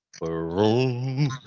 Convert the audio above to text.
room